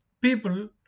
people